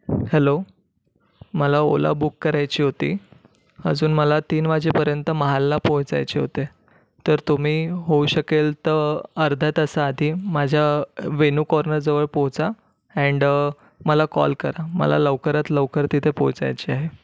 hello मला Ola book करायची होती अजून मला तीन वाजेपर्यंत महालला पोचायचे होते तर तुम्ही होऊ शकेल तर अर्धा तास आधी माझ्या वेन्यू कॉर्नरजवळ पोहचा अँड मला कॉल करा मला लवकरात लवकर तिथे पोहचायचे आहे